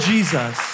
Jesus